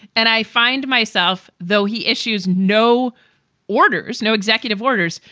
and i find myself, though he issues no orders, no executive orders,